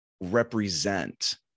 represent